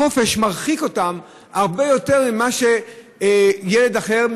החופש מרחיק אותם הרבה יותר לעומת ילד אחר,